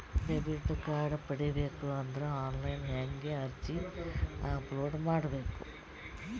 Debit card ಪಡಿಬೇಕು ಅಂದ್ರ online ಹೆಂಗ್ ಅರ್ಜಿ ಅಪಲೊಡ ಮಾಡಬೇಕು?